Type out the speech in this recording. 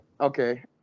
okay